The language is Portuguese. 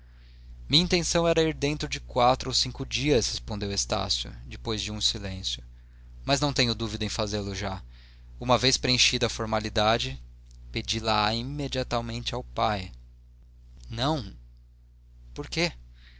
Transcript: minha intenção era ir dentro de quatro ou cinco dias respondeu estácio depois de um silêncio mas não tenho dúvida em fazê-lo uma vez preenchida a formalidade pedi la á imediatamente ao pai não por quê